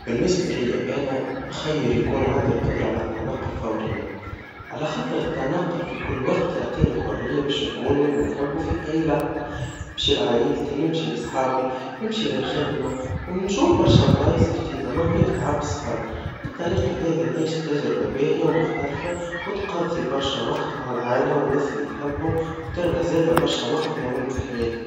بالنسبا ليا أنا نخير يكون عندي القدرا على التنقل فورياً, على خاطر التنقل في كل وقت يعطيني حريا باش نكون وين ما نحب وفي أي لحظة, نمش لعايلتي, نمشي لاصحابي, نمشي للخدما, ونشوف برشا أماكن جديدة, من غير تعب في السفر, بالطريقا هذي نعيش تجربا باهيا, ومختلفا, وتقضي برشا وقت مع العايلا والناس اللي تحبهم وتربح زيادا وقت برشا مهم في حياتك.